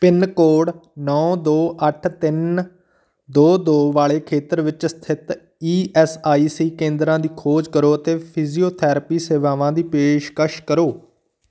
pin code ਨੌਂ ਦੋ ਅੱਠ ਤਿੰਨ ਦੋ ਦੋ ਵਾਲੇ ਖੇਤਰ ਵਿੱਚ ਸਥਿਤ ਈ ਐਸ ਆਈ ਸੀ ਕੇਂਦਰਾਂ ਦੀ ਖੋਜ ਕਰੋ ਅਤੇ ਫਿਜ਼ੀਓਥੈਰੇਪੀ ਸੇਵਾਵਾਂ ਦੀ ਪੇਸ਼ਕਸ਼ ਕਰੋ